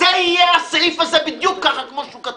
זה יהיה, הסעיף הזה בדיוק ככה כפי שהוא כתוב.